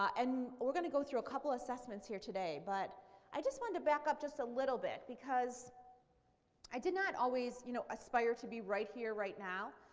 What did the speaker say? and we're going to go through a couple assessments here today. but i just wanted to back up just a little bit because i did not always you know aspire to be right here right now.